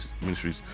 Ministries